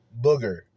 booger